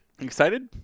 Excited